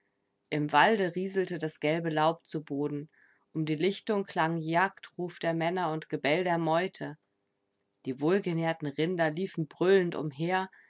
im walde rieselte das gelbe laub zum boden um die lichtungen klang jagdruf der männer und gebell der meute die wohlgenährten rinder liefen brüllend umher